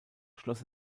schloss